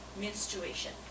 menstruation